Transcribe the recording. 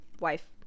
wife